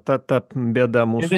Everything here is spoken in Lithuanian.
ta ta bėda mūsų